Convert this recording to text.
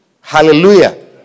Hallelujah